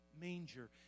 manger